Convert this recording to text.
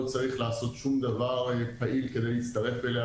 לא צריך לעשות שום דבר פעיל כדי להצטרף אליה,